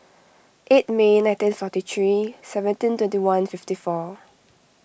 eight May nineteen forty three seventeen twenty one fifty four